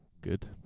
Good